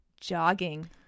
jogging